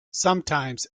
sometimes